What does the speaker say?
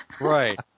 Right